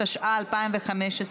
התשע"ה 2015,